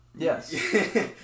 yes